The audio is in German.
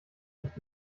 nicht